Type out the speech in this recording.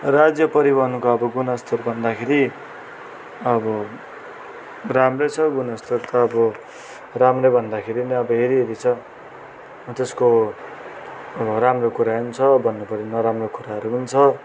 राज्य परिवहनको अब गुणस्तर भन्दाखेरि अब राम्रै छ गुणस्तर त अब राम्रो भन्दाखेरि नि अब हेरी हेरी छ त्यसको राम्रो कुरा पनि छ भन्नु पऱ्यो भने नराम्रो कुराहरू पनि छ